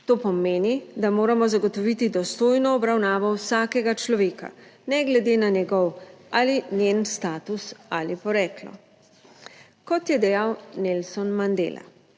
To pomeni, da moramo zagotoviti dostojno obravnavo vsakega človeka, ne glede na njegov ali njen status ali poreklo. Kot je dejal Nelson Mandela: